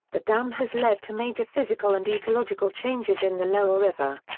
the dam has led to major physical and ecological changes in the lower river.